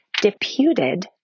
deputed